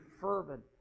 fervent